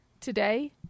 Today